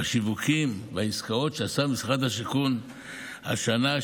השיווקים והעסקאות שעשה משרד השיכון השנה,